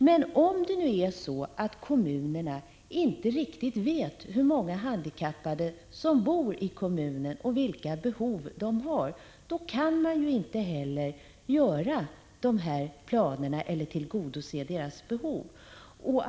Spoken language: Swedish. Men om kommunerna inte riktigt vet hur många handikappade som bor i resp. kommun och vilka behov de har kan de inte heller göra upp planer eller tillgodose de handikappades behov.